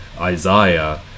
Isaiah